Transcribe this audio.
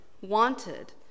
wanted